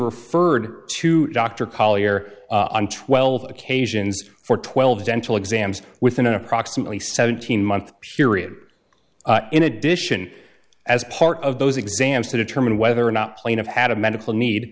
referred to dr collier on twelve occasions for twelve dental exams within approximately seventeen month period in addition as part of those exams to determine whether or not a plane of had a medical need